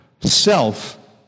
self